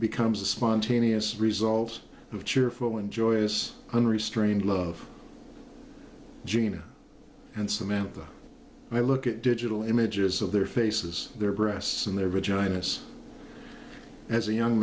becomes a spontaneous result of cheerful and joyous unrestrained love gina and samantha i look at digital images of their faces their breasts a